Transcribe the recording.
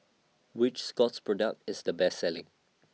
Which Scott's Product IS The Best Selling